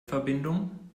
verbindung